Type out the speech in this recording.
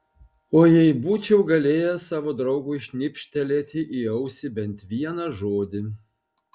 o jei būčiau galėjęs savo draugui šnibžtelėti į ausį bent vieną žodį